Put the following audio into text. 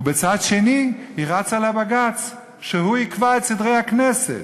ובצד שני היא רצה לבג"ץ שהוא יקבע את סדרי הכנסת.